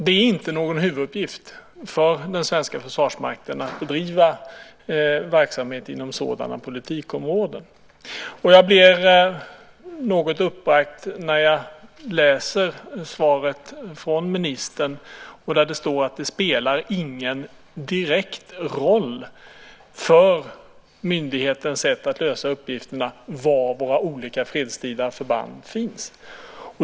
Det är inte någon huvuduppgift för den svenska försvarsmakten att bedriva verksamhet inom sådana politikområden. Jag blir något uppbragt när jag läser svaret från ministern där det står att det inte spelar någon direkt roll för myndighetens sätt att lösa uppgifterna var våra olika fredstida förband finns.